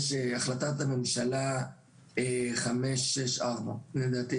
יש את החלטת ממשלה 564 לדעתי,